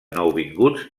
nouvinguts